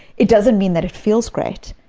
it doesn't mean that it feels great,